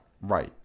Right